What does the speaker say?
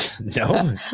No